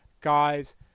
guys